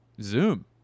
Zoom